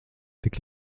tik